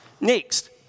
Next